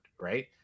right